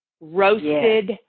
roasted